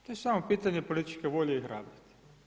To je samo pitanje političke volje i hrabrosti.